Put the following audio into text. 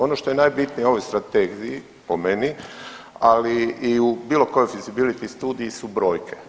Ono što je najbitnije u ovoj strategiji po meni, ali i u bilo kojoj fizibiliti studiji su brojke.